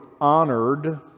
honored